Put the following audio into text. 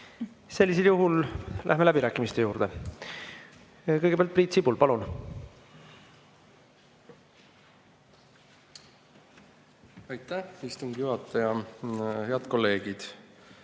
Sellisel juhul läheme läbirääkimiste juurde. Kõigepealt Priit Sibul, palun! Aitäh, istungi juhataja! Head kolleegid!